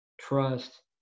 trust